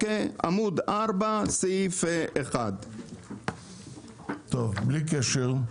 עמוד 4, סעיף 1. בלי קשר לכך,